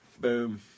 Boom